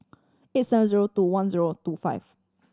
eight seven zero two one zero two five